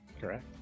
Correct